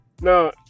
Now